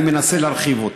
ואני מנסה להרחיב אותו.